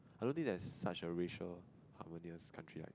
I don't think there's such a racial harmonious country like